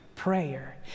Prayer